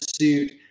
suit